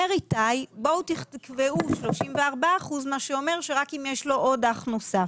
אומר איתי תקבעו 34% מה שאומר שרק אם יש לו עוד אח נוסף.